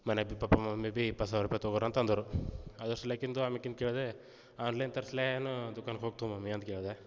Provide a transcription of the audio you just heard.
ಮನೆಯಾಗೆ ಭೀ papa mummy ಭೀ ಇಪ್ಪತ್ತು ಸಾವಿರ ರೂಪಾಯಿ ತೊಗೋರಿ ಅಂತ ಅಂದರು ಅದರಸಲೇಕಿಂದು ಆಮ್ಯಾಲಿಂದು ಕೇಳಿದೆ ಆನ್ ಲೈನ್ ತರಿಸ್ಲೇನು ದುಕಾನ್ ಹೋಗ್ತಿಯೋ ಮಮ್ಮಿ ಅಂತ ಕೇಳಿದೆ